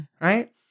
right